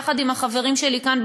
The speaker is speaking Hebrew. יחד עם החברים שלי כאן,